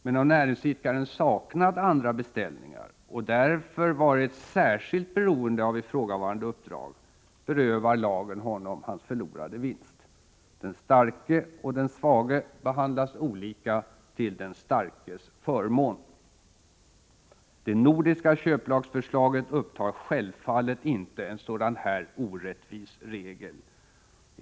Men om näringsidkaren saknat andra beställningar och därför varit särskilt beroende av ifrågavarande uppdrag, berövar lagen honom hans förlorade vinst. Den starke och den svage behandlas olika, till den starkes förmån. Det nordiska köplagsförslaget upptar självfallet inte en sådan här orättvis regel.